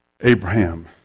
Abraham